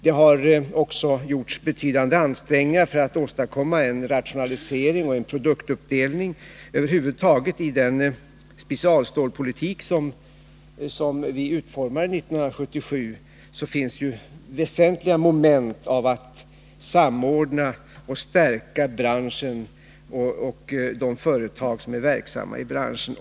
Det har också gjorts betydande ansträngningar för att åstadkomma en rationalisering och en produktuppdelning. I den specialstålspolitik som vi utformade 1977 finns väsentliga moment för att samordna och stärka branschen och de företag som är verksamma i denna.